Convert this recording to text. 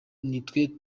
nitwe